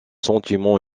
sentiments